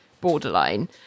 borderline